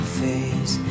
face